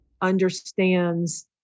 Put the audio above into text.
understands